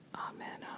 Amen